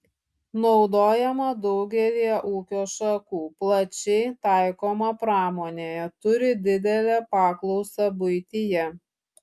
naudojama daugelyje ūkio šakų plačiai taikoma pramonėje turi didelę paklausą buityje